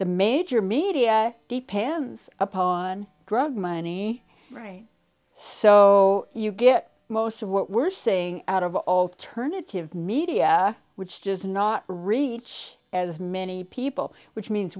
the major media the pams upon drug money right so you get most of what we're seeing out of alternative media which does not reach as many people which means